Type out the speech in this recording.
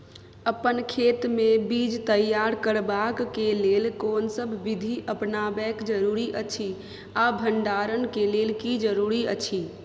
अपन खेत मे बीज तैयार करबाक के लेल कोनसब बीधी अपनाबैक जरूरी अछि आ भंडारण के लेल की जरूरी अछि?